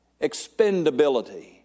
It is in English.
Expendability